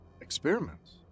experiments